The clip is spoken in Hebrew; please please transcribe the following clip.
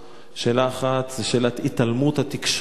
שאלה אחת זו שאלת התעלמות התקשורת,